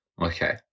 Okay